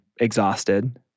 exhausted